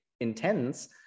intense